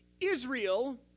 Israel